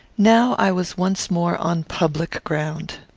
now i was once more on public ground.